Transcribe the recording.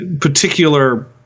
particular